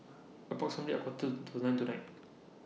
approximately A Quarter to nine tonight